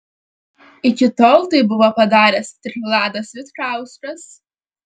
iki tol tai buvo padaręs tik vladas vitkauskas